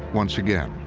once again,